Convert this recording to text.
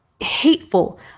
hateful